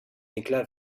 éclat